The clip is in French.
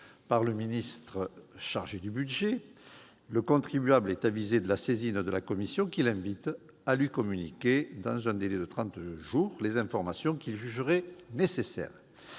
par le ministre chargé du budget. Le contribuable est avisé de la saisine de la commission qui l'invite à lui communiquer, dans un délai de trente jours, les informations qu'il jugerait nécessaires.